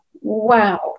wow